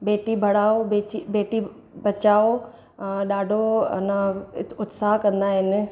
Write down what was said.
बेटी बढ़ाओ बेची बेटी बचाओ अ ॾाढो अञा उत्साह कंदा आहिनि